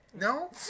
No